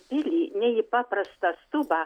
pilį ne į paprastą stubą